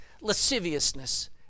lasciviousness